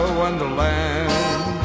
wonderland